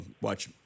watch